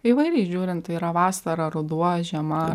įvairiai žiūrint ta yra vasara ruduo žiema